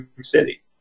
city